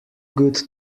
good